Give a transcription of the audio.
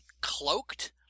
cloaked